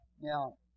Now